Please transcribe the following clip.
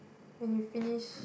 when you finish